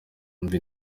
umva